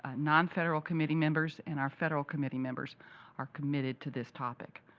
ah non-federal committee members and our federal committee members are committed to this topic.